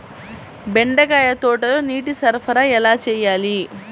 బెండకాయ తోటలో నీటి సరఫరా ఎలా చేయాలి?